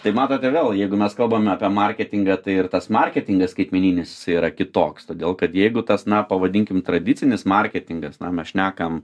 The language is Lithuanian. tai matote vėl jeigu mes kalbame apie marketingą tai ir tas marketingas skaitmeninis jisai yra kitoks todėl kad jeigu tas na pavadinkim tradicinis marketingas na mes šnekam